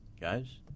Guys